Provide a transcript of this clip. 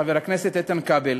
חבר הכנסת איתן כבל